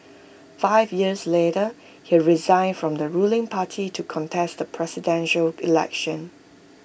five years later he resigned from the ruling party to contest the Presidential Election